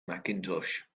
mackintosh